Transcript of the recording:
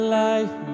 life